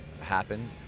happen